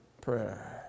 prayer